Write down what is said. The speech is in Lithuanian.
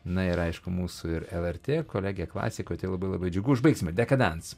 na ir aišku mūsų ir lrt kolegė klasikoj tai labai labai džiugu užbaigsime dekadans